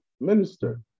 minister